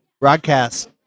broadcast